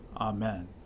Amen